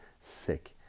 sick